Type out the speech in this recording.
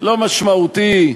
לא משמעותי,